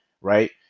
right